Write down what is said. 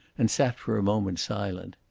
and sat for a moment silent.